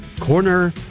Corner